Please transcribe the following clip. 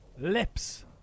Lips